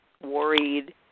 worried